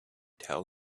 tell